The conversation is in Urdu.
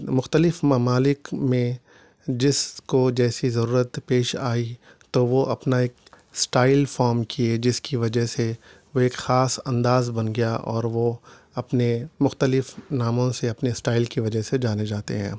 مختلف ممالک میں جس کو جیسی ضرورت پیش آئی تو وہ اپنا ایک اسٹائل فام کیے جس کی وجہ سے وہ ایک خاص انداز بن گیا اور وہ اپنے مختلف ناموں سے اپنے اسٹائل کی وجہ سے جانے جاتے ہیں